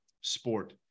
sport